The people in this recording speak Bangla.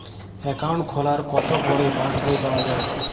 অ্যাকাউন্ট খোলার কতো পরে পাস বই পাওয়া য়ায়?